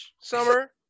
Summer